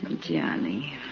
Johnny